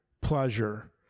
pleasure